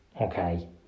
okay